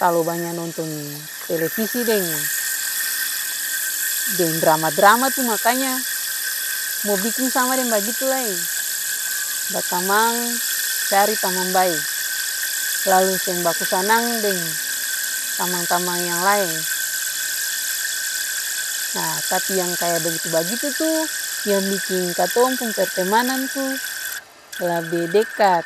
Talalu banya nonton televisi deng drama-drama tuh makanya mo biking sama deng bagitu lai. Batamang cari tamang bae lalu seng baku sanang deng tamang-tamang yang laeng. Nah yang bagitu-bagitu tuh yang biking katong pung pertemanan tuh labe dekat